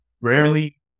rarely